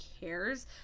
cares